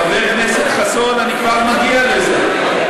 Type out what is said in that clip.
חבר הכנסת חסון, אני כבר מגיע לזה.